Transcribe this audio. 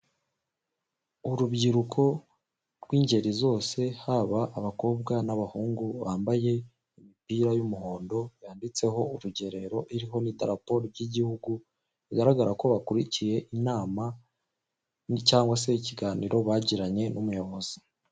Urubyiruko rw'ingeri zose haba abakobwa n'abahungu bambaye imipira y'umuhondo yanditseho urugerero iriho n'idarapo ry'Igihugu bigaragara ko bakurikiye inama cyangwa se ikiganiro bagiranye n'umuyobozi.